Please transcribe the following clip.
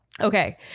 Okay